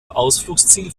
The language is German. ausflugsziel